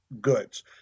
goods